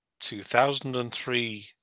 2003